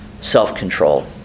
self-control